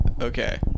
Okay